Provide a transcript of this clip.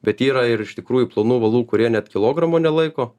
bet yra ir iš tikrųjų plonų valų kurie net kilogramo nelaiko